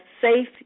safe